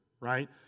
right